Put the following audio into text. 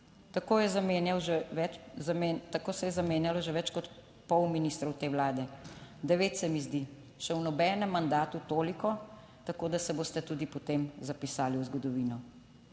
Tako se je zamenjalo že več kot pol ministrov te vlade, devet, se mi zdi. Še v nobenem mandatu toliko, tako da se boste tudi potem zapisali v zgodovino.